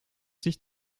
sich